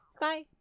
Bye